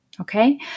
Okay